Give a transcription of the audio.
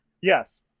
Yes